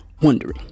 Wondering